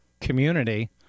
community